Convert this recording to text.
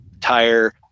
tire